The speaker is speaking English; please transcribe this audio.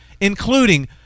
including